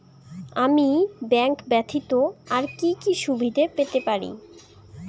আমি ব্যাংক ব্যথিত আর কি কি সুবিধে পেতে পারি?